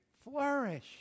flourish